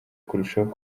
kurushaho